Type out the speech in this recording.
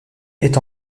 est